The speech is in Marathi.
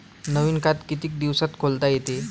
नवीन खात कितीक दिसात खोलता येते?